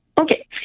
Okay